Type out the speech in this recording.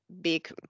big